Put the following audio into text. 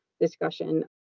discussion